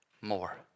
more